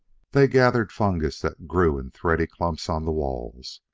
they gathered fungus that grew in thready clumps on the walls,